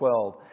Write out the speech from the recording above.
12